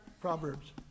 Proverbs